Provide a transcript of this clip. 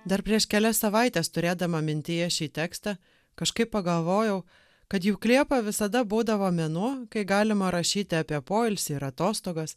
dar prieš kelias savaites turėdama mintyje šį tekstą kažkaip pagalvojau kad juk liepa visada būdavo mėnuo kai galima rašyti apie poilsį ir atostogas